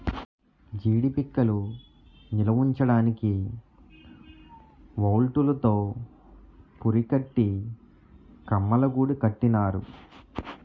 జీడీ పిక్కలు నిలవుంచడానికి వౌల్తులు తో పురికట్టి కమ్మలగూడు కట్టినారు